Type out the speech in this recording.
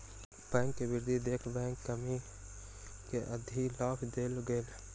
bank के वृद्धि देख बैंक कर्मी के अधिलाभ देल गेल